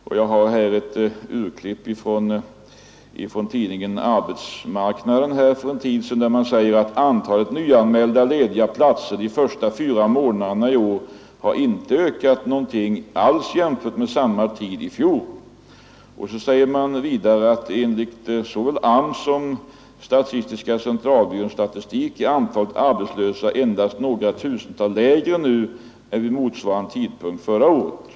Jag har i min hand ett urklipp som refererar en artikel i tidningen Arbetsmarknaden för någon tid sedan, där man säger: ”Antalet nyanmälda lediga platser de första fyra månaderna i år har inte ökat någonting alls jämfört med samma tid i fjol.” Vidare säger man: ”Enligt såväl AMS som Statistiska centralbyråns statistik är antalet arbetslösa endast några tusental lägre nu än vid motsvarande tidpunkt förra året.